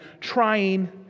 trying